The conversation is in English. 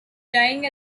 dying